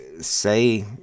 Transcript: say